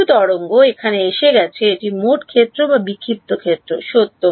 কিছু তরঙ্গ এখানে এসে গেছে এটি মোট ক্ষেত্র বা বিক্ষিপ্ত ক্ষেত্রে সত্য